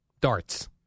Darts